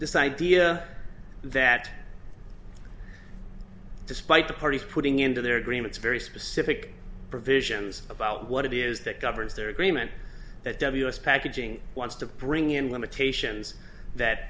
this idea that despite the parties putting into their agreements very specific provisions about what it is that governs their agreement that ws packaging wants to bring in limitations that